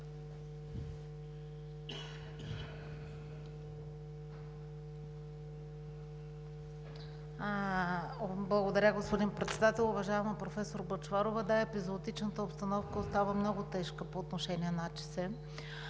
Благодаря Ви, господин Председател. Уважаема професор Бъчварова, да, епизоотичната обстановка остава много тежка по отношение на АЧС.